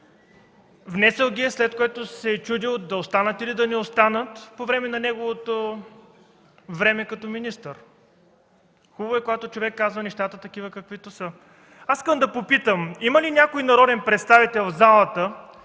внесъл ги е, след което се е чудил да останат или да не останат във времето му като министър. Хубаво е, когато човек казва нещата такива каквито са. Искам да попитам: има ли някой народен представител в залата,